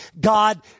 God